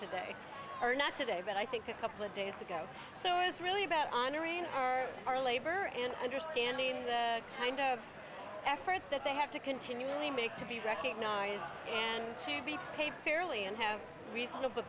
today are not today but i think a couple of days to go so it's really about honoring our labor and understanding the kind of efforts that they have to continually make to be recognized and to be paid fairly and have result of the